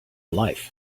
life